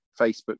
facebook